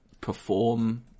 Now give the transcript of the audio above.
perform